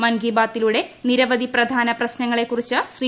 മൻ കി ബാത്തിലൂടെ നിരവധി പ്രധാനപ്പെട്ട പ്രശ്നങ്ങളെ കുറിച്ച് ശ്രീ